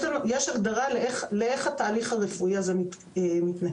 יש הגדרה לאיך התהליך הרפואי הזה מתנהל.